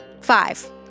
Five